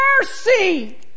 mercy